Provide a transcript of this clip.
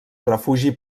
refugi